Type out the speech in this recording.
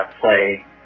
play